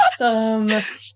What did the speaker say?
awesome